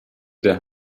der